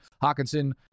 Hawkinson